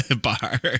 Bar